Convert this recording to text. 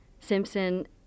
Simpson